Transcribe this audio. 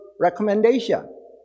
recommendation